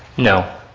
no.